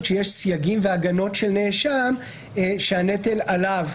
שיש סייגים והגנות של נאשם שהנטל עליו.